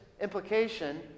implication